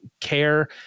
care